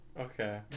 Okay